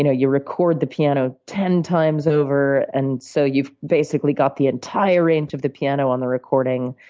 you know you record the piano ten times over, and so you've basically got the entire range of the piano on the recording,